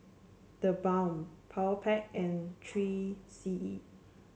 TheBalm Powerpac and Three C E